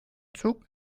zug